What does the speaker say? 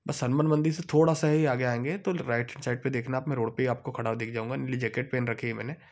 बस हनुमान मंदिर से थोड़ा सा ही आगे आएँगे तो राइट साइड पर देखना आप मैं रोड पर ही आपको खड़ा दिख जाऊँगा नीली जैकेट पहन रखी है मैंने